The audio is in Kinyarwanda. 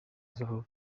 zabo